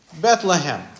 Bethlehem